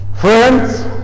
Friends